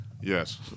Yes